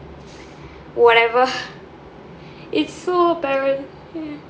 whatever it's so apparent